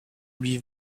lui